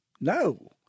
No